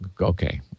okay